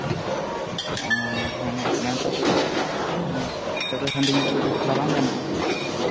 ᱟᱨ ᱦᱟᱱᱮ ᱢᱮᱱ ᱨᱳᱰ ᱨᱮᱫᱚ ᱦᱮᱸ ᱯᱟᱹᱣᱨᱟᱹ ᱦᱟᱹᱰᱤ ᱧᱩ ᱠᱟᱛᱮᱜ ᱪᱟᱞᱟᱣ ᱵᱟᱝ ᱜᱟᱱᱚᱜᱼᱟ